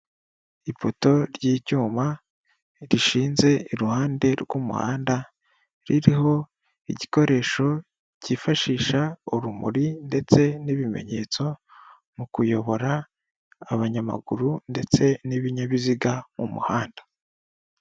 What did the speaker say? Ipoto ry'icyuma rishinze iruhande rw'umuhanda ririho igikoresho cyifashisha urumuri ndetse n'ibimenyetso, mu kuyobora abanyamaguru ndetse n'ibinyabiziga mu muhanda.